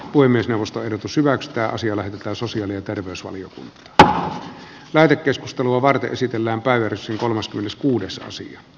puhemiesneuvoston pysyväksi ja asia lähetetään sosiaali ja terveysvaliokunta taa lähetekeskustelua varten esitellään väyrysen kolmaskymmeneskuudes aasia